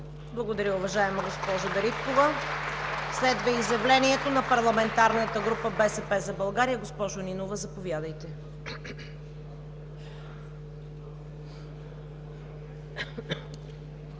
Благодаря, уважаема госпожо Дариткова. Следва изявлението на парламентарната група на „БСП за България“. Госпожо Нинова, заповядайте.